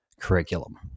curriculum